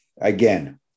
Again